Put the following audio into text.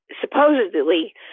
supposedly